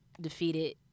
defeated